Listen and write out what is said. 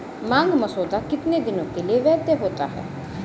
मांग मसौदा कितने दिनों के लिए वैध होता है?